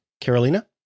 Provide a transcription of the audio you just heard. Carolina